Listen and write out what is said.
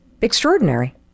extraordinary